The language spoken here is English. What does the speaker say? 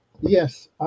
yes